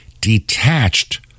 detached